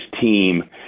team